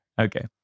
Okay